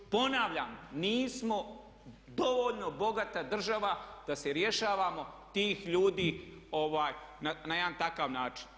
Ponavljam, nismo dovoljno bogata država da se rješavamo tih ljudi na jedan takav način.